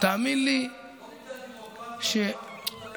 לא בגלל ביורוקרטיה מערך בריאות הנפש קורס.